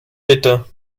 bitte